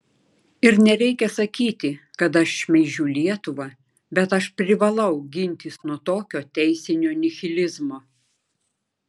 ir nereikia sakyti kad aš šmeižiu lietuvą bet aš privalau gintis nuo tokio teisinio nihilizmo